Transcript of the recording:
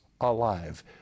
alive